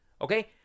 okay